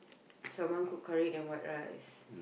does your mom cook curry and white rice